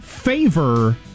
favor